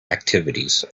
activities